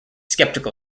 skeptical